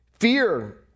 Fear